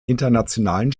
internationalen